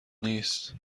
نیست